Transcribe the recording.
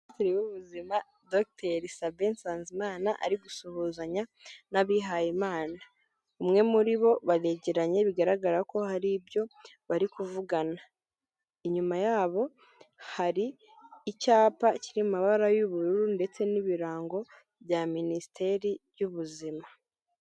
Minisitiri w'ubuzima Dr Sabein Nsanzimana ari gusuhuzanya n'abihayimana umwe muri bo baregeranye bigaragara ko hari ibyo bari kuvugana inyuma yabo hari icyapa kiri mabara y'ubururu ndetse n'ibirango bya minisiteri y'ubuzima.